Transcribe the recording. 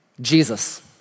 Jesus